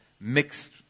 mixed